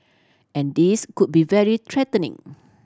and this could be very threatening